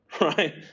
right